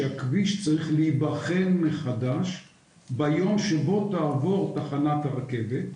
שהכביש צריך להיבחן מחדש ביום שבו תעבור תחנת הרכבת,